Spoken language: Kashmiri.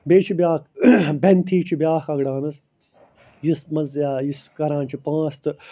بیٚیہِ چھِ بیٛاکھ بٮ۪نتھی چھِ بیٛاکھ اَکھ ڈانَس یُس منٛز یُس کَران چھِ پانٛژھ تہٕ